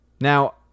Now